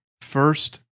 first